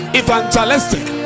evangelistic